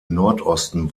nordosten